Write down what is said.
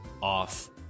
off